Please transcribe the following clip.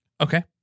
okay